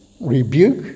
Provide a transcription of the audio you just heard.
rebuke